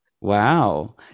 Wow